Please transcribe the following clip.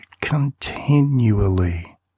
continually